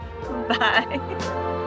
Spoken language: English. Bye